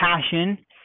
passion